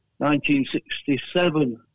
1967